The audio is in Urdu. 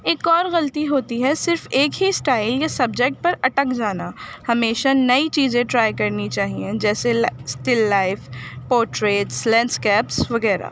ایک اور غلطی ہوتی ہے صرف ایک ہی اسٹائل یا سبجیکٹ پر اٹک جانا ہمیشہ نئی چیزیں ٹرائی کرنی چاہئیں جیسے اسٹل لائف پورٹریٹس لینڈسکیپس وغیرہ